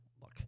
look